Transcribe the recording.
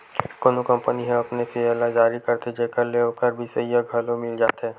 कोनो कंपनी ह अपनेच सेयर ल जारी करथे जेखर ले ओखर बिसइया घलो मिल जाथे